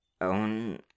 own